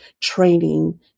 training